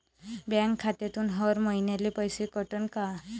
Bank खात्यातून हर महिन्याले पैसे कटन का?